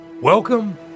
Welcome